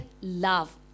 love